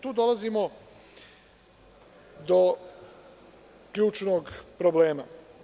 Tu dolazimo do ključnog problema.